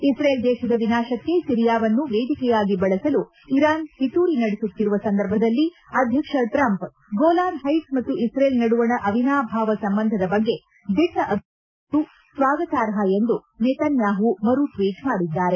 Israel ದೇಶದ ವಿನಾಶಕ್ಕೆ ಸಿರಿಯಾವನ್ನು ವೇದಿಕೆಯಾಗಿ ಬಳಸಲು ಇರಾನ್ ಪಿತೂರಿ ನಡೆಸುತ್ತಿರುವ ಸಂದರ್ಭದಲ್ಲಿ ಅಧ್ಯಕ್ಷ ಟ್ರಂಪ್ ಗೋಲಾನ್ ಹೈಟ್ಸ್ ಮತ್ತು ಇಸ್ರೇಲ್ ನಡುವಣ ಅವಿನಾಭಾವ ಸಂಬಂಧದ ಬಗ್ಗೆ ದಿಟ್ಟ ಅಭಿಪ್ರಾಯ ವ್ಯಕ್ತಪದಿಸಿರುವುದು ಸ್ವಾಗತಾರ್ಹ ಎಂದು ನೇತಾನ್ಯಾಹು ಮರು ಟ್ವೀಟ್ ಮಾಡಿದ್ದಾರೆ